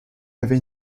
avait